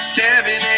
seven